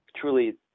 truly